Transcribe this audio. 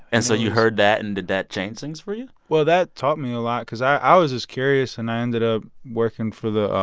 and so you heard that, and did that change things for you? well, that taught me a lot, because i was just curious, and i ended up ah working for the